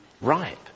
ripe